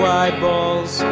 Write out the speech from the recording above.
eyeballs